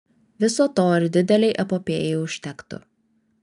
viso to ir didelei epopėjai užtektų